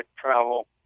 travel